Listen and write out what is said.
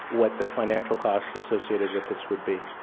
what the financial costs associated with this would be?